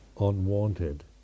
unwanted